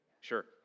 Sure